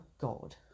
god